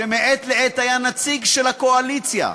שמעת לעת היה נציג של הקואליציה,